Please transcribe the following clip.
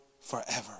forever